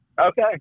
Okay